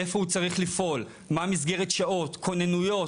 איפה הוא צריך לפעול, מה מסגרת השעות, כונניות.